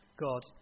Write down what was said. God